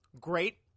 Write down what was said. Great